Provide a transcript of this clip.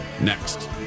next